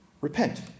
repent